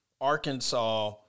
Arkansas